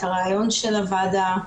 את הרעיון של הוועדה.